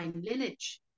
lineage